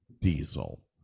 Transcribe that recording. diesel